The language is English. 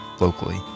locally